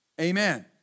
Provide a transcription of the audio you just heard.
Amen